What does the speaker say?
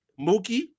Mookie